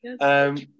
Yes